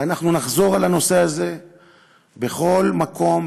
ואנחנו נחזור על הנושא הזה בכל מקום,